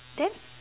then